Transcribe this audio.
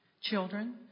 Children